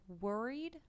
worried